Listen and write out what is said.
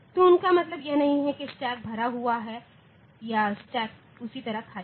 तो उनका मतलब यह नहीं है कि स्टैक भरा हुआ है या स्टैक उसी तरह खाली है